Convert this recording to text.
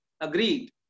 agreed